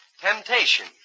Temptation